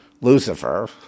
Lucifer